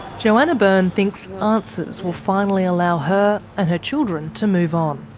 johanna byrne thinks answers will finally allow her and her children to move on.